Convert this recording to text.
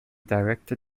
director